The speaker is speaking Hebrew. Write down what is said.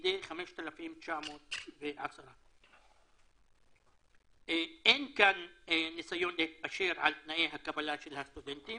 כדי 5,910. אין כאן ניסיון להתפשר על תנאי הקבלה של הסטודנטים,